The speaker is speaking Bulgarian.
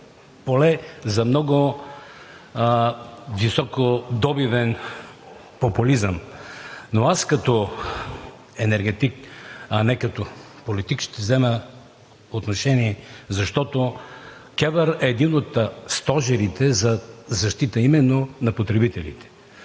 поне за много високо добивен популизъм, но аз като енергетик, а не като политик, ще взема отношение, защото КЕВР е един от стожерите за защита именно на потребителите.